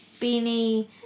Beanie